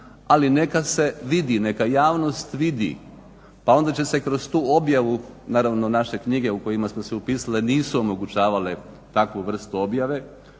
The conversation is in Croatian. ali neka se vidi, neka javnost vidi pa onda će se kroz tu objavu, naravno naše knjige u kojima smo se upisali nisu omogućavale takvu vrstu objave,